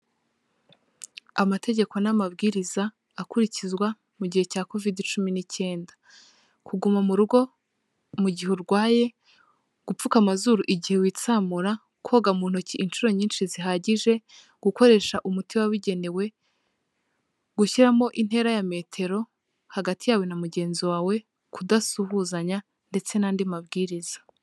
Amategeko n'amabwiriza akurikizwa mu gihe cya Covid cumi ni'ikenda. Kuguma mu rugo mu gihe urwaye, gupfukamazuru igihe witsamura, koga mu ntoki inshuro nyinshi zihagije, gukoresha umuti wabugenewe, gushyiramo intera ya metero hagati yawe na mugenzi wawe, kudasuhuzanya ndetse n'andi mabwiriza.